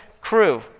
crew